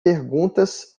perguntas